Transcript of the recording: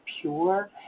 pure